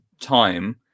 time